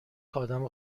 آدم